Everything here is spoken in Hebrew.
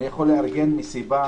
אני יכול לארגן מסיבה